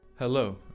Hello